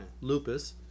Lupus